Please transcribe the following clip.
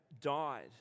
died